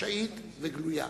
חשאית וגלויה.